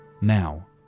Now